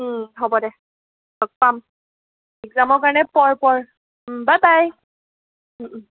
হ'ব দে লগ পাম এক্সামৰ কাৰণে পঢ় পঢ় বাই বাই